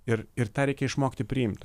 ir ir tą reikia išmokti priimt